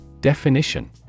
Definition